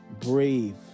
brave